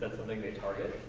that something they target?